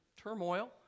turmoil